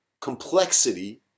complexity